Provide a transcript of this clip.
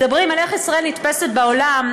מדברים על איך ישראל נתפסת בעולם.